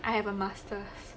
I have a masters